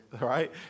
right